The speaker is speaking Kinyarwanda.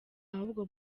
ahubwo